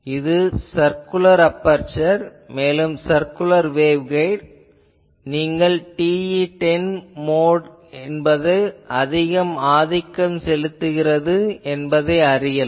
இது circular aperture மேலும் circular wave guide நீங்கள் TE10 மோட் என்பது ஆதிக்கம் செலுத்துகிறது எனவும் அறியலாம்